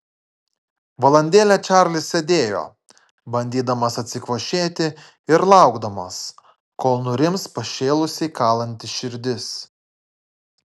valandėlę čarlis sėdėjo bandydamas atsikvošėti ir laukdamas kol nurims pašėlusiai kalanti širdis